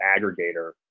aggregator